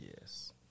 Yes